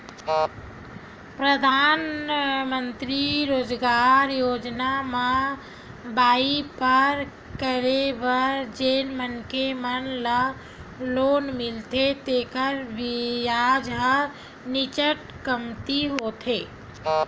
परधानमंतरी रोजगार योजना म बइपार करे बर जेन मनखे मन ल लोन मिलथे तेखर बियाज ह नीचट कमती होथे